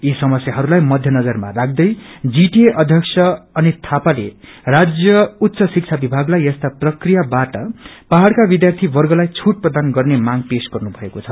यी समस्याहरूलाई मध्य नजरमा राख्दै जीटीए अध्यक्ष अनित थापाले राज्य उच्च शिक्षा विभागलाई यस्ता प्रक्रियाबाट पहाड़का विध्यार्थीवर्गलाई छूट प्रदान गर्ने मांग पेश गर्नु भएको छ